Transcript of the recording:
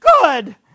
good